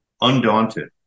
undaunted